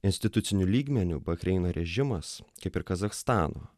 instituciniu lygmeniu bahreino režimas kaip ir kazachstano